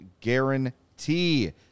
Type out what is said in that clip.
guarantee